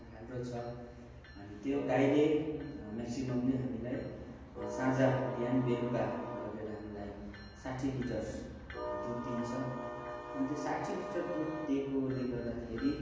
राम्रो छ अनि त्यो गाईले मेक्सिममले हामीलाई साँझ बिहान बेलुका गरेर हामीलाई साठी लिटर दुध दिन्छ अनि त्यो साठी लिटर दुध दिएकोले गर्दाखेरि